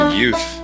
youth